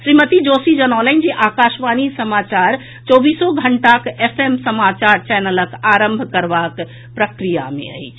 श्रीमती जोशी जनौलनि जे आकाशवाणी समाचार चौबीसो घंटाक एफ एम समाचार चैनलक आरंभ करबाक प्रक्रिया मे अछि